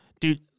dude